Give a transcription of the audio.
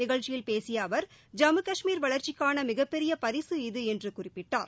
நிகழ்ச்சியில் பேசிய அவர் ஜம்மு காஷ்மீர் வளர்ச்சிக்கான மிகப்பெரிய பரிசு இது என்று குறிப்பிட்டார்